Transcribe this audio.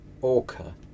Orca